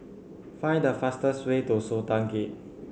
find the fastest way to Sultan Gate